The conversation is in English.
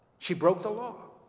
she broke the law